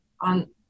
on